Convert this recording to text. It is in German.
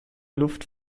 luft